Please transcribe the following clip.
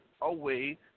away